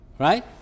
Right